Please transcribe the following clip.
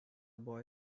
boy